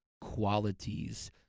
qualities